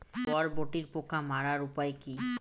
বরবটির পোকা মারার উপায় কি?